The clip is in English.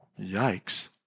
Yikes